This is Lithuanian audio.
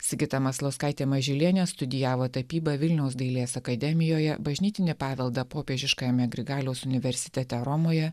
sigita maslauskaitė mažylienė studijavo tapybą vilniaus dailės akademijoje bažnytinį paveldą popiežiškajame grigaliaus universitete romoje